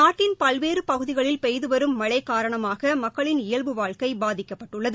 நாட்டின் பல்வேறு பகுதிகளில் பெய்து வரும் மழை காரணமாக மக்களின் இயல்பு வாழ்க்கை பாதிக்கப்பட்டுள்ளது